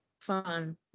Fun